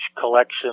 collection